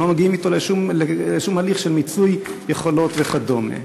גם לא מגיעים אתו לשום הליך של מיצוי יכולות וכדומה.